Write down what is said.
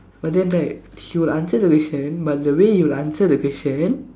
but then right he will answer the question but the way he'll answer the question